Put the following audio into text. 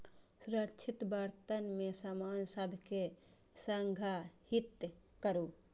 सुरक्षित बर्तन मे सामान सभ कें संग्रहीत करू